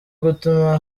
gutuma